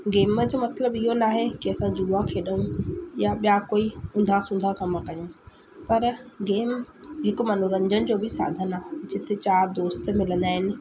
game जो मतिलब इयो न आहे कि असां जुआ खेॾूं या ॿिया कोई उंधा सूंधा कमु कयूं पर गेम हिकु मनोरंजन जो बि साधनु आहे जिते चारि दोस्त मिलंदा आहिनि